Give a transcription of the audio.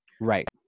Right